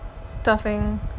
stuffing